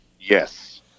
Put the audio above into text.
Yes